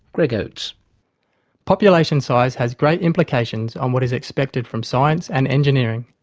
greg oates population size has great implications on what is expected from science and engineering,